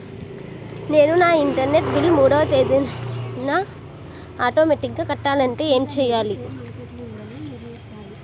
నేను నా internet bill మూడవ తేదీన ఆటోమేటిగ్గా కట్టాలంటే ఏం చేయాలి?